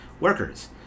Workers